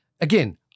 again